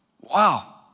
Wow